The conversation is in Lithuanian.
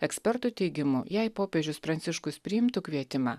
ekspertų teigimu jei popiežius pranciškus priimtų kvietimą